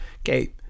Okay